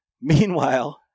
meanwhile